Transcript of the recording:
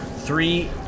three